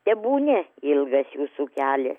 tebūnie ilgas visų kelias